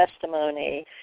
testimony